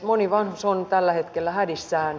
moni vanhus on tällä hetkellä hädissään